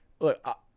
Look